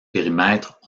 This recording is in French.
périmètres